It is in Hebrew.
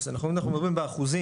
זה נכון אנחנו מדברים באחוזים,